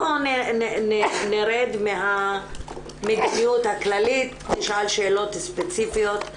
בוא נרד מהמדיניות הכללית ונשאל שאלות ספציפיות.